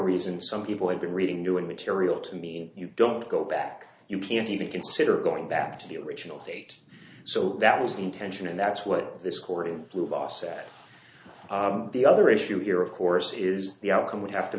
reason some people had been reading new and material to mean you don't go back you can't even consider going back to the original state so that was the intention and that's what this korean flu boss said the other issue here of course is the outcome we have to